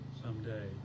someday